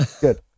Good